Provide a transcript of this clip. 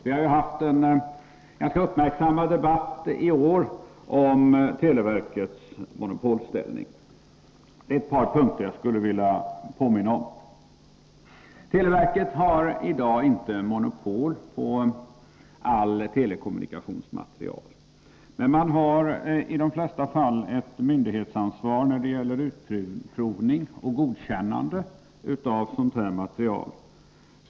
Televerkets monopolställning har ju i år varit föremål för stor uppmärksamhet, och det är i det sammanhanget ett par punkter jag skulle vilja påminna om. Televerket har i dag inte monopol på all telekommunikationsmateriel, men man har i de flesta fall ett myndighetsansvar när det gäller utprovning och godkännande av sådan materiel.